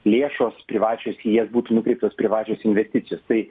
lėšos privačios į jas būtų nukreiptos privačios investicijos tai